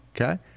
Okay